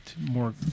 more